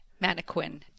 Mannequin